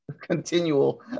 continual